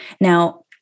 Now